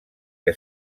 que